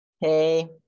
hey